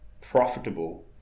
profitable